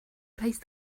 placed